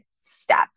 step